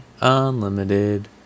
Unlimited